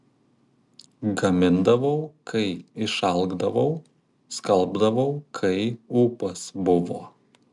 gamindavau kai išalkdavau skalbdavau kai ūpas buvo